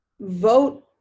vote